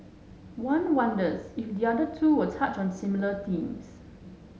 one wonders if the other two will touch on similar themes